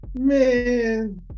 Man